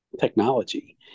technology